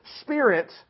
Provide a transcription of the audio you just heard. Spirit